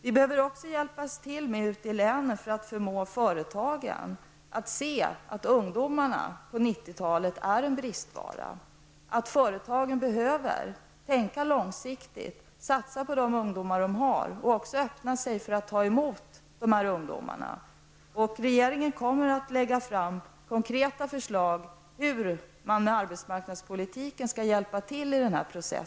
Vi behöver också hjälp ute i länen för att förmå företagen att inse att ungdomarna på 90-talet är en bristvara och att det är nödvändigt att man tänker långsiktigt, att man satsar på de ungdomar som finns inom regionen och att man är beredd att ta emot ungdomarna. Regeringen kommer att lägga fram konkreta förslag om hur man genom arbetsmarknadspolitiska åtgärder skall hjälpa till i denna process.